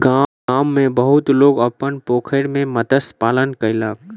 गाम में बहुत लोक अपन पोखैर में मत्स्य पालन कयलक